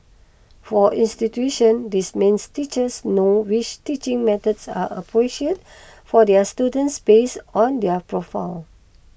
for institutions this means teachers know which teaching methods are appreciate for their students based on their profiles